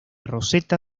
roseta